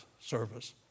service